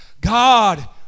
God